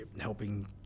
helping